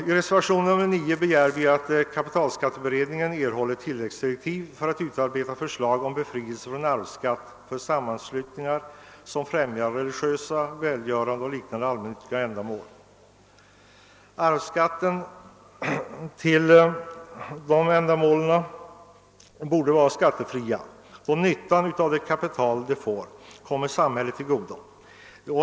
I reservationen 9 begär vi att kapitalskatteberedningen skall erhålla tilläggsdirektiv om att utarbeta förslag om befrielse från arvsskatt för sammanslutningar som främjar religiösa, välgörande och liknande allmännyttiga ändamål. Testamentariska gåvor till sådana sammanslutningar bör vara skattefria, då det kapital dessa får ändå kommer samhället till godo.